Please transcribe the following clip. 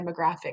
demographic